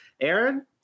Aaron